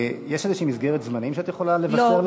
יש איזו מסגרת זמנים שאת יכולה לבשר לנו?